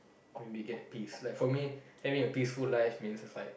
maybe get peace like for me having a peaceful life means like